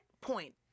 point